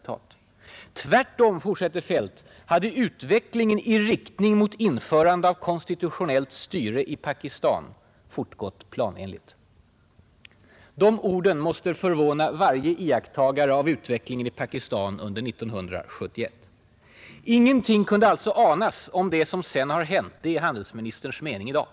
Tvärtom hade utvecklingen i riktning mot införande av konstitutionellt styre i Pakistan fortgått planenligt”. De orden måste förvåna varje iakttagare av utvecklingen i Pakistan under 1971. Ingenting kunde alltså anas om det som sedan har hänt; det är handelsministerns mening i dag.